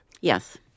Yes